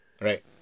Right